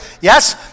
Yes